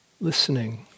listening